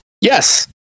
Yes